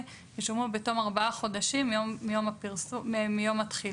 ישולמו בתום ארבעה חודשים מיום התחילה".